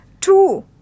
two